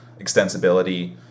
extensibility